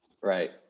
right